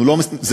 אלה לא הצהרות,